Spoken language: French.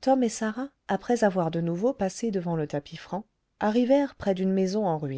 tom et sarah après avoir de nouveau passé devant le tapis franc arrivèrent près d'une maison